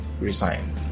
resign